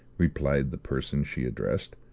replied the person she addressed,